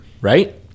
right